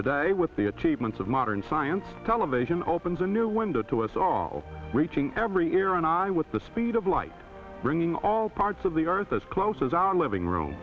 today with the achievements of modern science television opens a new window to us all reaching every era and i with the speed of light bringing all parts of the earth as close as living room